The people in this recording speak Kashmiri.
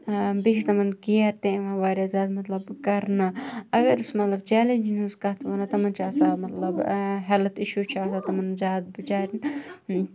بیٚیہِ چھُ تِمَن کیر تہِ یِوان واریاہ زیادٕ مَطلَب کَرنہٕ اَگر أسۍ مَطلَب چیلینجن ہِنٛز کَتھ وَنو تِمَن چھُ آسان مَطلَب ہیٚلٕتھ اِشوٗ چھِ آسان تِمَن زیادٕ بِچاریٚن